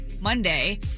monday